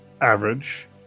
Average